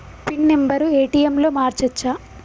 Pin number ATM లో మార్చచ్చా?